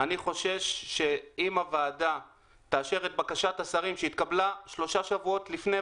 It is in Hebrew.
אני חושש שאם הוועדה תאשר את בקשת השרים שהתקבלה שלושה שבועות לפני,